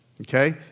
Okay